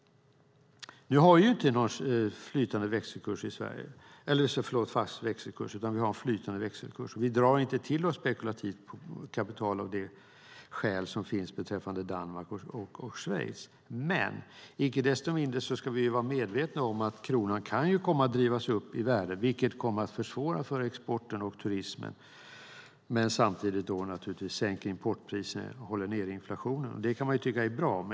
Vi har inte någon fast växelkurs i Sverige, utan en flytande växelkurs, så vi drar inte till oss spekulativt kapital av de skäl som gäller för Danmark och Schweiz. Vi ska ändå vara medvetna om att kronan kan komma att drivas upp i värde, vilket kommer att försvåra för exporten och turismen. Samtidigt sänker det importpriserna och håller nere inflationen, och det kan man tycka är bra.